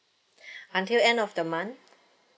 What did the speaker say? until end of the month